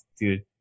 dude